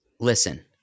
Listen